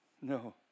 No